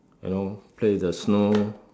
you know play with the snow